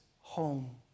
home